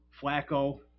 Flacco